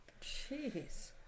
Jeez